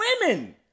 women